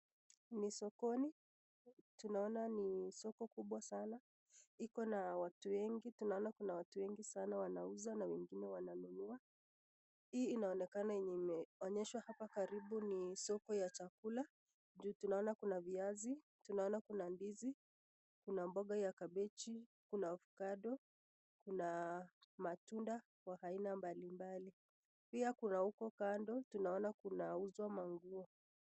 Ni sokoni, tunaona ni soko kubwa sana. Iko na watu wengi tunaona kuna watu wengi sana wanauza na wengine wananunua. Hii inaonekena yenye imeonyeshwa hapa karibu ni soko ya chakula juu tunaona kuna viazi, tunaona kuna ndizi, kuna mboga ya kabeji, kuna ovacado na matunda wa aina mbali mbali. Pia kuna huko kando tunaona kunauzwa manguo.